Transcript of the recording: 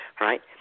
right